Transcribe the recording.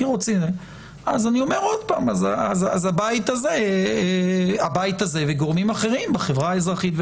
אז הבית הזה וגורמים אחרים בחברה האזרחית,